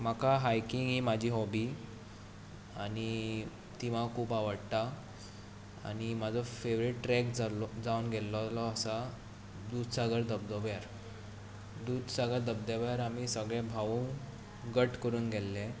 म्हाका हायकींग ही म्हजी हॉबी आनी ती म्हाका खूब आवडटा आनी म्हजो फेवरेट ट्रॅक जाल्लो जावन गेल्लो आसा दूदसागर दबदब्यार दूदसागर दबदब्यार आमी सगले भाऊ गट करून गेल्ले